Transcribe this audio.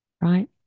right